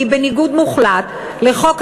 היא עומדת בניגוד מוחלט לחוק-היסוד,